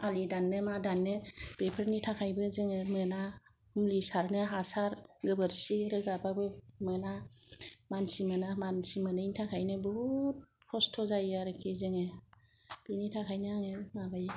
आलि दाननो मा दाननो बेफोरनि थाखायबो जोङो मोना मुलि सारनो हासार गोबोरखि रोगाबाबो मोना मानसि मोना मानसि मोनैनि थाखायनो बहुत खस्त' जायोखि आरोखि जोङो बिनि थाखायनो आङो माबायो